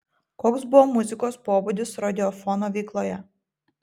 koks buvo muzikos pobūdis radiofono veikloje